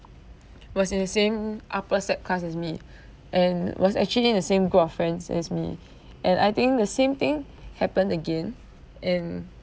was in the same upper sec~ class as me and was actually in the same group of friends as me and I think the same thing happened again in